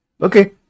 Okay